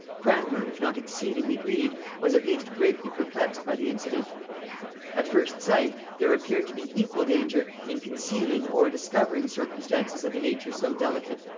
cranmer, if not exceedingly grieved, was at least greatly perplexed by the incident at first sight there appeared to be equal danger in concealing or discovering circumstances of a nature so delicate,